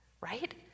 right